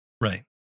Right